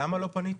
למה לא פניתם?